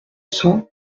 cent